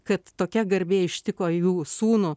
kad tokia garbė ištiko jų sūnų